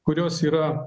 kurios yra